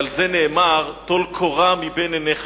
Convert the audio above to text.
ועל זה נאמר: טול קורה מבין עיניך.